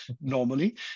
normally